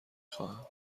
خواهم